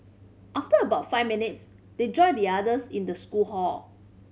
after about five minutes they joined the others in the school hall